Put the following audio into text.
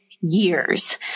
years